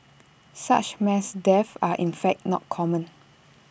such mass deaths are in fact not common